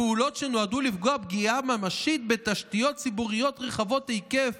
פעולות שנועדו לפגוע פגיעה ממשית בתשתיות ציבוריות רחבות היקף